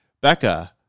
Becca